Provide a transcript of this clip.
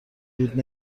دود